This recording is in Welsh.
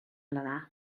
yna